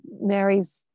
Mary's